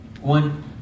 One